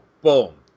Boom